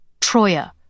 Troya